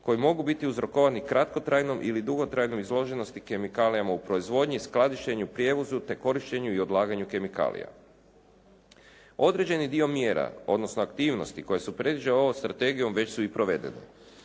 koji mogu biti uzrokovani kratkotrajnom ili dugotrajnom izloženosti kemikalijama u proizvodnji, skladištenju, prijevozu te korištenju i odlaganju kemikalija. Određeni dio mjera odnosno aktivnosti koje su predviđene ovom strategijom već su i provedene.